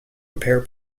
repair